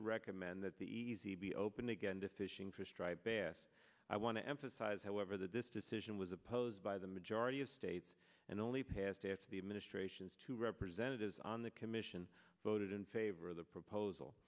to recommend that the easy be open again to fishing for striped bass i want to emphasize however that this decision was opposed by the majority of states and only passed after the administration's two representatives on the commission voted in favor of the proposal